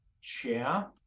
chair